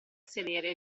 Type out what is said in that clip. sedere